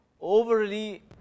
overly